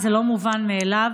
זה לא מובן מאליו,